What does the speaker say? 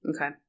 okay